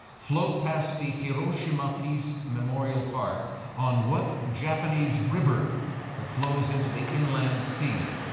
float past the hiroshima peace memorial park on what japanese river that flows into the inland sea?